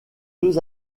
deux